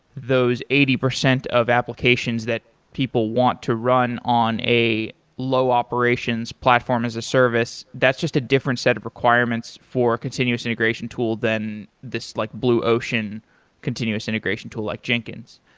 those eighty percent of applications that people want to run on a low operations platform as a service, that's just a different set of requirements for a continuous integration than this like blue ocean continuous integration tool, like jenkins.